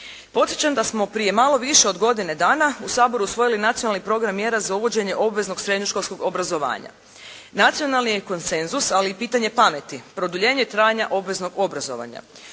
Podsjećam da smo prije malo više od godine dana u Saboru usvojili Nacionalni program mjera za uvođenje obveznog srednjoškolskog obrazovanja. Nacionalni je konsenzus, ali i pitanje pameti produljenje trajanja obveznog obrazovanja.